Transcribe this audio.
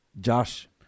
Josh